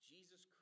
Jesus